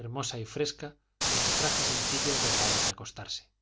hermosa y fresca con su traje sencillo de la hora de acostarse